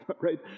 right